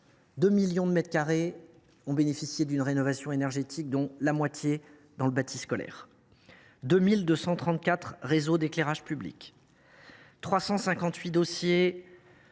2 millions de mètres carrés ont bénéficié d’une rénovation énergétique, dont la moitié dans le bâti scolaire ; 2 234 réseaux d’éclairage public ont